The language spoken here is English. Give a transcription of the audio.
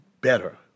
better